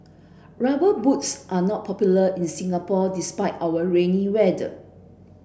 rubber boots are not popular in Singapore despite our rainy weather